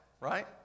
right